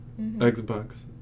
Xbox